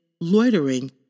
loitering